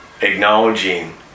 acknowledging